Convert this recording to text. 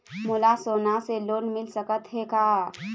मोला सोना से लोन मिल सकत हे का?